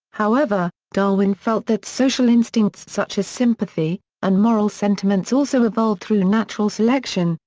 however, darwin felt that social instincts such as sympathy and moral sentiments also evolved through natural selection,